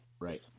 Right